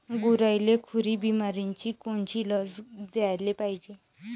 गुरांइले खुरी बिमारीसाठी कोनची लस द्याले पायजे?